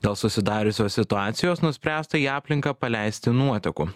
dėl susidariusios situacijos nuspręsta į aplinką paleisti nuotekų